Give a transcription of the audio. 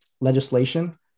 legislation